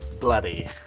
bloody